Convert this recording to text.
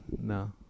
no